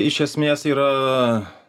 iš esmės yra